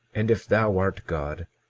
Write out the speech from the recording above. and if thou art god,